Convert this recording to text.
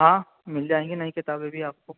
ہاں مل جائیں گی نئی کتابیں بھی آپ کو